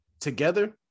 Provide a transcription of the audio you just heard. Together